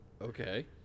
Okay